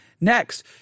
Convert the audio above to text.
Next